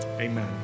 amen